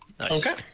Okay